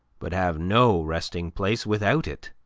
but have no resting-place without it.